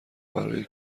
برای